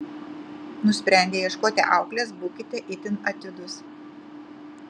nusprendę ieškoti auklės būkite itin atidūs